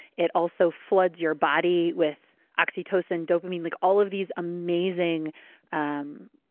it also flood your body with oxytocin, dopamine like all of these amazing um